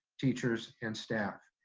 teachers, and staff.